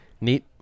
Neat